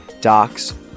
docs